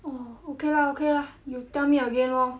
orh okay lah okay lah you tell me again lor